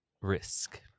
risk